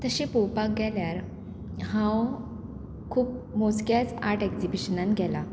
तशें पोवपाक गेल्यार हांव खूब मोजक्याच आर्ट एग्जिबिशनान गेलां